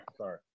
sorry